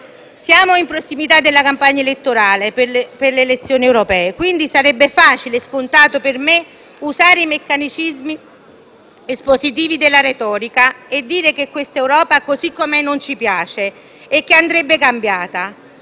Siamo in prossimità della campagna elettorale per le elezioni europee, quindi sarebbe facile e scontato per me usare i meccanismi espositivi della retorica e dire che questa Europa così com'è non ci piace e che andrebbe cambiata.